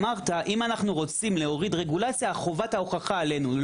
אמרת שאם אנו רוצים להוריד רגולציה חובת ההוכחה עלינו.